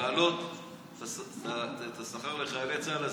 להעלות את השכר לחיילי צה"ל הסדירים,